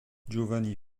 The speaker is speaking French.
giovanni